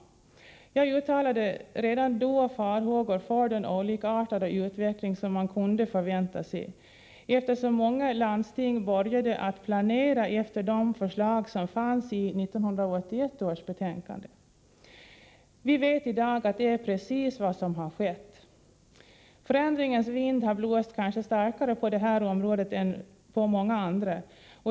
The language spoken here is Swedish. Jag uttalade redan då farhågor för den olikartade utveckling som man kunde förvänta sig, eftersom många landsting började planera efter de förslag som fanns i 1981 års betänkande. Vi vet i dag att det är precis vad som skett. Förändringens vind har blåst kanske starkare på detta område än på något annat.